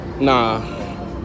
Nah